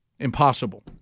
Impossible